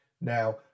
Now